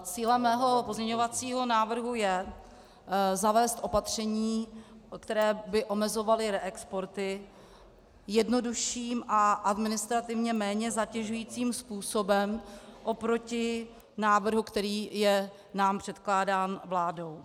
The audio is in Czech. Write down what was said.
Cílem mého pozměňovacího návrhu je zavést opatření, která by omezovala reexporty, jednodušším a administrativně méně zatěžujícím způsobem oproti návrhu, který je nám předkládán vládou.